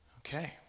Okay